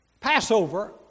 Passover